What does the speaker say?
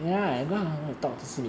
I see